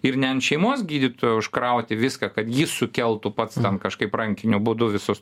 ir ne ant šeimos gydytojo užkrauti viską kad jis sukeltų pats kažkaip rankiniu būdu visus